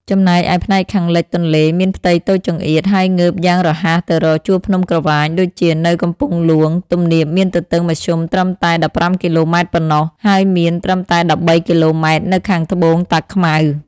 ចំណែកឯផ្នែកខាងលិចទន្លេ មានផ្ទៃតូចចង្អៀត ហើយងើបយ៉ាងរហ័សទៅរកជួរភ្នំក្រវាញ ដូចជានៅកំពង់ហ្លួង ទំនាបមានទទឹងមធ្យមត្រឹមតែ ១៥ គីឡូម៉ែត្រប៉ុណ្ណោះ ហើយមានត្រឹមតែ ១៣ គីឡូម៉ែត្រនៅខាងត្បូងតាខ្មៅ។